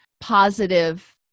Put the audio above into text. positive